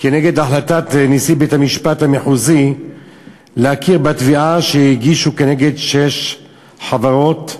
כנגד החלטת נשיא בית-המשפט המחוזי להכיר בתביעה שהגישו כנגד שש חברות.